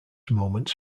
moments